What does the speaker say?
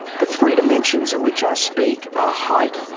the three dimensions of which i speak are height,